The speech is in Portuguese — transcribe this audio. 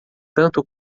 tanto